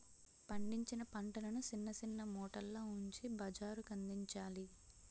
పండించిన పంటలను సిన్న సిన్న మూటల్లో ఉంచి బజారుకందించాలి